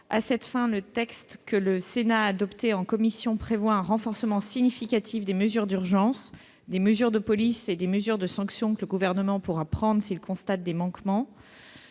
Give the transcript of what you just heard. À cette fin, le texte que le Sénat a adopté en commission prévoit un renforcement significatif des mesures d'urgence, des mesures de police et des sanctions que le Gouvernement pourra prendre s'il constate des manquements.